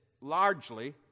largely